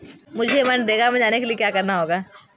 मुझे मनरेगा में जाने के लिए क्या करना होगा?